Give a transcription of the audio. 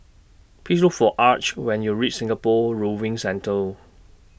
Please Look For Arch when YOU REACH Singapore Rowing Centre